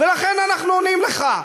ולכן אנחנו עונים לך.